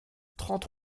trente